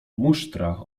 musztra